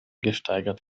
gesteigert